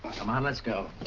come on let's go.